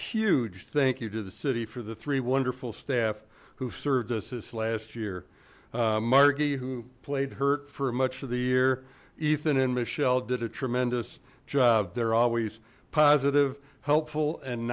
huge thank you to the city for the three wonderful staff who've served us this last year margie who played hurt for much of the year ethan and michelle did a tremendous job they're always positive helpful and